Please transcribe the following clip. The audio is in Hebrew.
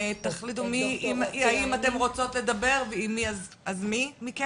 תחליטו אם אתן רוצות לדבר ואם כן מי.